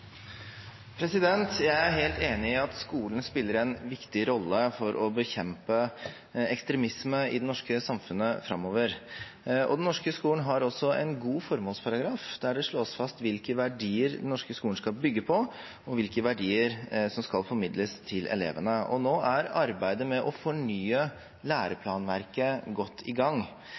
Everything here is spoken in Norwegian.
helt enig i at skolen spiller en viktig rolle for å bekjempe ekstremisme i det norske samfunnet framover. Den norske skolen har også en god formålsparagraf der det slås fast hvilke verdier den norske skolen skal bygge på, og hvilke verdier som skal formidles til elevene. Nå er arbeidet med å fornye læreplanverket godt i gang.